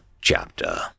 chapter